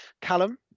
Callum